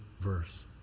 verse